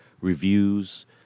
reviews